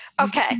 okay